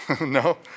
No